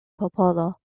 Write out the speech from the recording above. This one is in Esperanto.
popolo